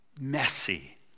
messy